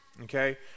Okay